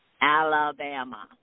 Alabama